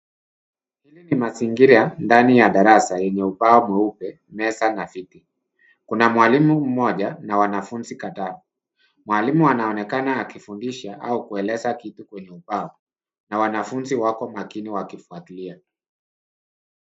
Hii ni mazingira ndani ya darasa yenye ubao mweupe meza na viti kuna mwalimu mmoja na wanafunzi kadhaa mwalimu anaonekana akifundisha au kueleza kitu kwenye ubao na wanafunzi wako makini wakifuatilia.